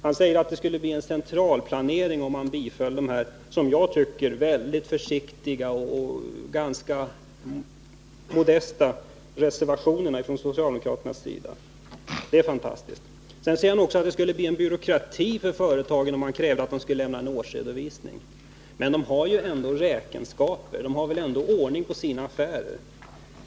Han sade att det skulle bli en centralplanering om man biföll dessa, som jag tycker, mycket försiktiga och ganska modesta reservationer från socialdemokraterna. Det är fantastiskt. Han sade också att det skulle bli byråkrati för företagen om man krävde att de skulle lämna en årsredovisning. Men företagen för väl ändå räkenskaper och har ordning på sina affärer.